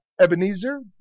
Ebenezer